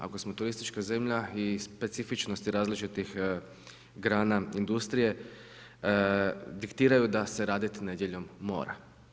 Ako smo turistička zemlja i specifičnosti različitih grana industrije diktiraju da se radit nedjeljom mora.